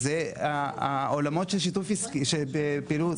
זה לא נקרא להיות מפוקח על ידי בנק ישראל.